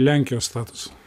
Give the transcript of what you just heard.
lenkijos statusą